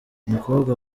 umukobwa